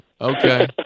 Okay